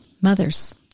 mothers